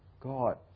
God